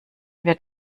wird